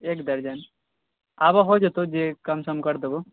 एक दर्जन आबह हो जेतौ जे कम सम हेतौ कर देबौ